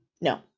No